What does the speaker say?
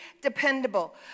dependable